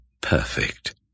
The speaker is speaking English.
perfect